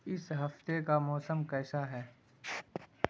اس ہفتے کا موسم کیسا ہے